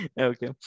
Okay